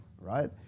right